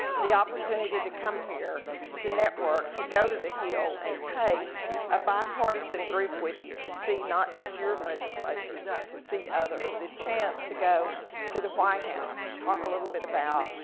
the opportunity to come here to network, to go to the hill and take a bi-partisan group with you to see, not just your legislators, but to see others. the chance to go to the white house to talk a little bit about,